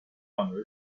honor